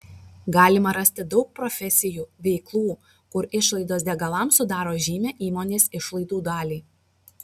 galima rasti daug profesijų veiklų kur išlaidos degalams sudaro žymią įmonės išlaidų dalį